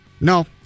No